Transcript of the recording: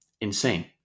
insane